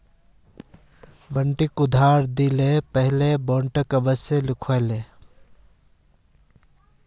बंटिक उधार दि ल पहले बॉन्ड अवश्य लिखवइ ले